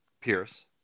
Pierce